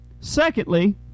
secondly